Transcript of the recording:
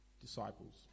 disciples